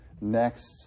next